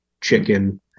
chicken